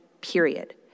period